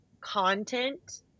content